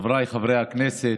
חבריי חברי הכנסת,